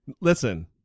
Listen